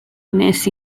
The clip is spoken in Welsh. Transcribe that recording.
wnes